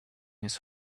his